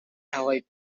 allied